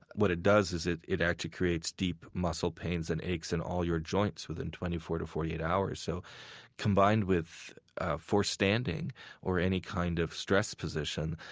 what it does is it actually actually creates deep muscle pains and aches in all your joints within twenty four to forty eight hours. so combined with forced standing or any kind of stress position,